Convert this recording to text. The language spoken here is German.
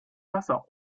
wasser